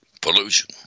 pollution